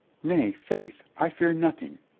nay, faith, i fear nothing,